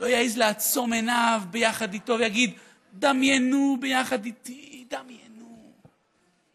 ויעז שלא לעצום עיניו ביחד איתו ולהגיד: דמיינו ביחד איתי,